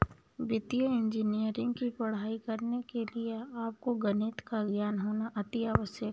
वित्तीय इंजीनियरिंग की पढ़ाई करने के लिए आपको गणित का ज्ञान होना अति आवश्यक है